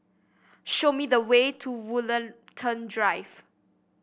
show me the way to Woollerton Drive